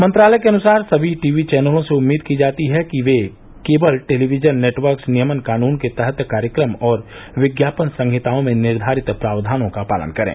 मंत्रालय के अनुसार सभी टी वी चैनलों से उम्मीद की जाती है कि वे केबल टेलीविजन नेटर्वक्स नियमन कानून के तहत कार्यक्रम और विज्ञापन संहिताओं मेँ निर्घारित प्रावधानों का पालन करें